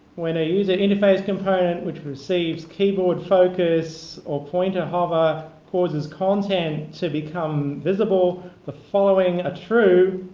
when a user interface component which receives keyboard focus or pointer hover causes content to become visible, the following a true.